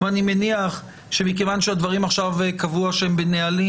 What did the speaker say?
אני מניח שמכיוון שהדברים עכשיו קבוע שהם בנהלים,